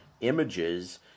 images